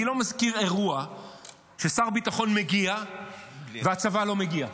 אני לא מכיר אירוע ששר הביטחון מגיע והצבא לא מגיע.